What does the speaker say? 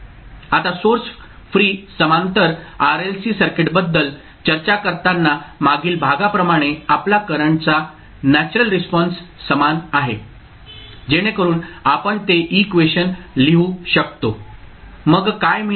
आता source free समांतर RLC सर्किटबद्दल चर्चा करताना मागील भागाप्रमाणे आपला करंटचा नॅचरल रिस्पॉन्स समान आहे जेणेकरून आपण ते इक्वेशन लिहू शकतो मग काय मिळाले